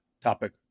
topic